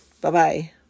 Bye-bye